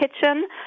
kitchen